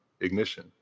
Ignition